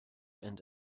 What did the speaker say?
and